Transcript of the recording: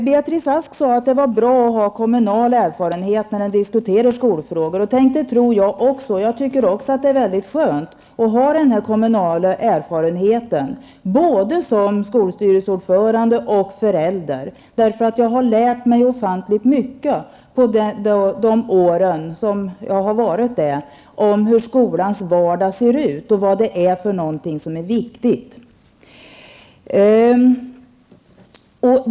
Beatrice Ask sade att det är bra att ha kommunal erfarenhet när man diskuterar skolfrågor. Ja, det tror också jag. Jag tycker dessutom att det är värdefullt att ha erfarenhet både av att vara ordförande i en kommunal skolstyrelse och av att vara förälder. Jag har under de år som jag varit detta lärt mig ofantligt mycket om hur skolans vardag ser ut och vad som är viktigt i det sammanhanget.